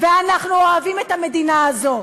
ואנחנו אוהבים את המדינה הזאת,